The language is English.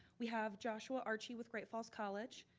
we have joshua archey with great falls college.